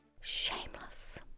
Shameless